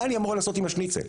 מה אני אמורה לעשות עם השניצל?